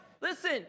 Listen